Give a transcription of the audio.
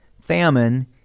famine